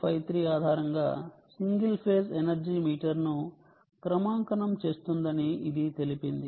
ADE7953 ఆధారంగా single phase energy మీటర్ను క్రమాంకనం చేస్తుందని ఇది తెలిపింది